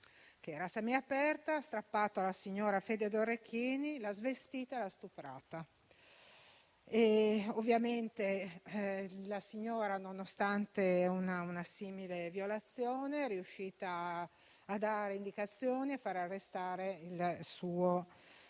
semiaperta, ha strappato alla signora fede e orecchini, l'ha svestita e stuprata. Ovviamente la signora, nonostante una simile violazione, è riuscita a dare indicazioni e a fare arrestare il suo